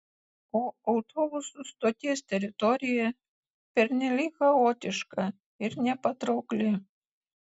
o autobusų stoties teritorija pernelyg chaotiška ir nepatraukli